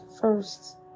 first